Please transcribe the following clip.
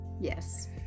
Yes